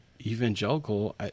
evangelical